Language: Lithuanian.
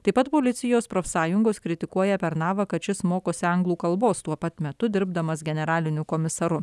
taip pat policijos profsąjungos kritikuoja pernavą kad šis mokosi anglų kalbos tuo pat metu dirbdamas generaliniu komisaru